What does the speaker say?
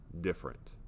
different